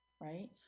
right